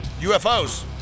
UFOs